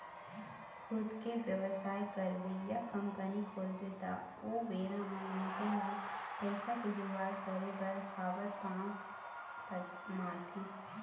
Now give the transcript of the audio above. खुद के बेवसाय करबे या कंपनी खोलबे त ओ बेरा म मनखे ह पइसा के जुगाड़ करे बर हात पांव मारथे